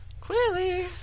Clearly